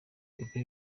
pepe